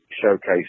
showcase